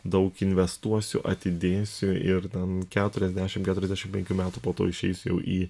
daug investuosiu atidėsiu ir ten keturiasdešim keturiasdešim penkių metų po to išeisiu jau į